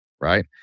right